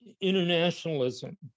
internationalism